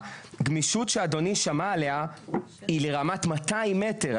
הגמישות שאדוני שמע עליה היא לרמת 200 מטר,